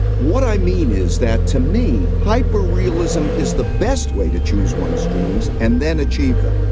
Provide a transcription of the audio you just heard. what i mean is that, to me, hyper-realism is the best way to choose one's dreams and then achieve them.